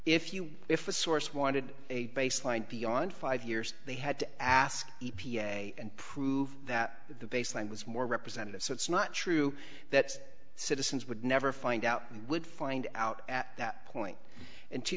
if you if a source wanted a baseline beyond five years they had to ask e p a and prove that the baseline was more representative so it's not true that citizens would never find out and would find out at that point in two